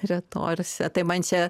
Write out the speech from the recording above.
retorsija tai man čia